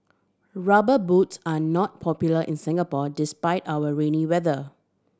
Rubber Boots are not popular in Singapore despite our rainy weather